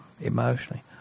emotionally